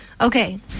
Okay